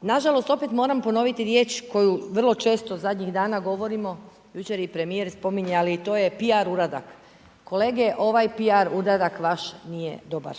Nažalost opet moram ponoviti riječ koju vrlo često zadnjih dana govorimo, jučer ju je i premijer spominjao ali to je PR uradak. Kolege, ovaj PR uradak nije dobar.